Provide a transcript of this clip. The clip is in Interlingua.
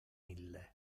ille